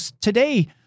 today